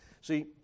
See